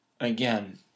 again